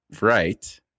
right